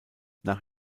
nach